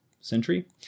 Century